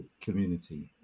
community